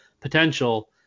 potential